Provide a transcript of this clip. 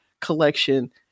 collection